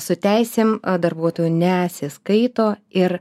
su teisėm darbuotojo nesiskaito ir